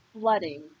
flooding